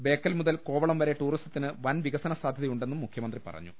ബേക്കൽ മുതൽ കോവളം വരെ ടൂറിസത്തിന് വൻവികസന സാധ്യതയുണ്ടെന്നും മുഖ്യമന്ത്രി പറഞ്ഞു